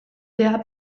der